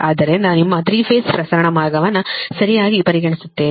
ಆದ್ದರಿಂದ ನಿಮ್ಮ 3 ಪೇಸ್ ಪ್ರಸರಣ ಮಾರ್ಗವನ್ನು ಸರಿಯಾಗಿ ಪರಿಗಣಿಸುತ್ತೇವೆ